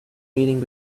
meeting